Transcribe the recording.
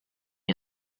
方面